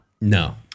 no